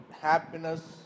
happiness